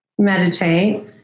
Meditate